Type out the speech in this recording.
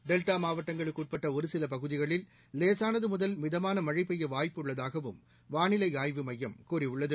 டெல்டாமாவட்டங்களுக்குட்பட்டஒருசிலபகுதிகளில் லேசானதுமுதல் மிதமானமழைபெய்யவாய்ப்புள்ளதாகவும் வானிலைஆய்வு மையம் கூறியுள்ளது